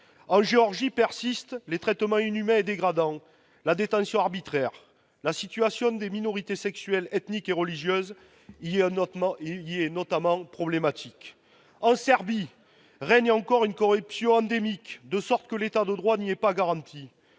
En Géorgie persistent les traitements inhumains et dégradants, la détention arbitraire. La situation des minorités sexuelles, ethniques et religieuses y est notamment problématique. En Serbie règne encore une corruption endémique, de sorte que l'État de droit n'y est pas garanti.